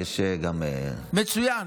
יש גם מצוין.